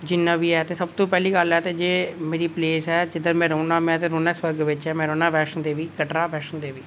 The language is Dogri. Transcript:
जिन्ना बी ते सब तूं पैहली गल्ल ऐ ते मेरी प्लेस ऐ जिद्धर में रौह्ना मैं ते रौह्ना स्वर्ग बिच ऐ में रौह्ना वैष्णो देवी कटड़ा वैष्णो देवी